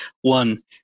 One